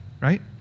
right